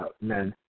men